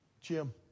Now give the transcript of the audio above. Jim